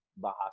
Bahasa